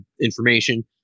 information